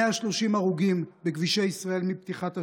130 הרוגים בכבישי ישראל מפתיחת השנה.